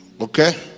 Okay